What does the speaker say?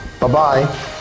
Bye-bye